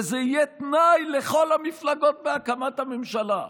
וזה יהיה תנאי לכל המפלגות בהקמת הממשלה".